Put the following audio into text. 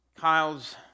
Kyle's